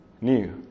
new